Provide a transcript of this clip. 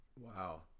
wow